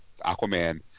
Aquaman